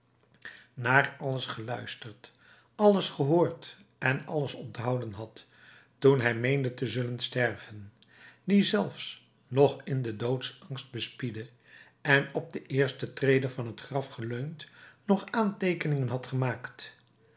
naar alles geluisterd alles gehoord en alles onthouden had toen hij meende te zullen sterven die zelfs nog in den doodsangst bespiedde en op de eerste trede van het graf geleund nog aanteekeningen had gemaakt